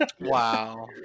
Wow